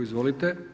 Izvolite.